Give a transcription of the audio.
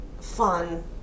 fun